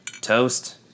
Toast